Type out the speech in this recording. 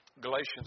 Galatians